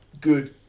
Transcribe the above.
good